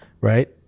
right